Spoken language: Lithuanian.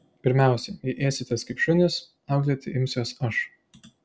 pirmiausia jei ėsitės kaip šunys auklėti imsiuosi aš